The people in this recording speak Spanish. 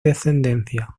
descendencia